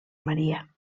maria